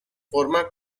forma